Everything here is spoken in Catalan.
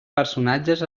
personatges